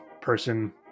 person